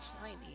tiny